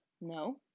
No